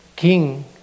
King